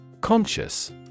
Conscious